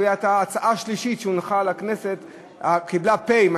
ההצעה השלישית שהונחה בכנסת קיבלה "פ" מה